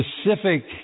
specific